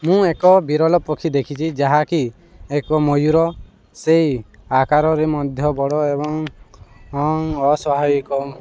ମୁଁ ଏକ ବିରଳ ପକ୍ଷୀ ଦେଖିଛି ଯାହାକି ଏକ ମୟୂର ସେଇ ଆକାରରେ ମଧ୍ୟ ବଡ଼ ଏବଂ ଅସ୍ୱାଭାବିକ